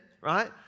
right